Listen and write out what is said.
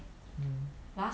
mm